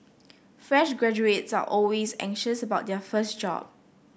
fresh graduates are always anxious about their first job